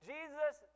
Jesus